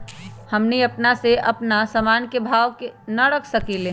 हमनी अपना से अपना सामन के भाव न रख सकींले?